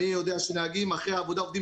אני יודע שנהגים אחרי העבודה עובדים